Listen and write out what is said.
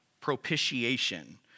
propitiation